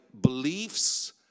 beliefs